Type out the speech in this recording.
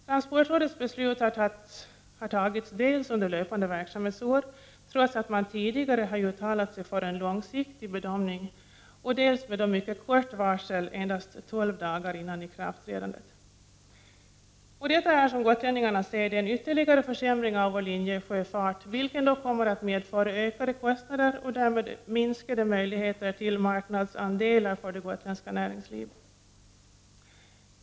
Transportrådets beslut har fattats dels under löpande verksamhetsår trots att man tidigare uttalat sig för en långsiktig bedömning, dels med mycket kort varsel, endast 12 dagar. Detta är, som gotlänningarna ser det, en ytterligare försämring av vår linjesjöfart, vilken kommer att medföra ökade kostnader och därmed minskade möjligheter till marknadsandelar för det gotländska näringslivet.